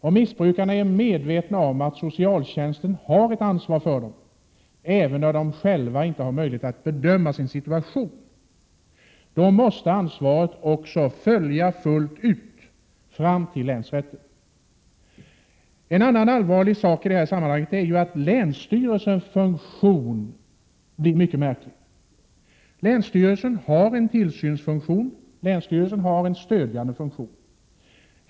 Om missbrukarna är medvetna om att socialtjänsten har ett ansvar för dem även när de själva inte har möjlighet att bedöma sin situation, måste ansvaret också tas fullt ut av socialtjänsten fram till länsrätten. En annan allvarlig sak i sammanhanget är att länsstyrelsens funktion blir mycket märklig. Länsstyrelsen har en tillsynsfunktion och en stödjande funktion.